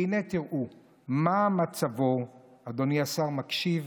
והינה, תראו מה מצבו, אדוני השר מקשיב?